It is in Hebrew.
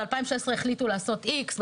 בפעם השש עשרה החליטו לעשות איקס,